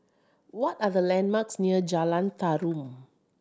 what are the landmarks near Jalan Tarum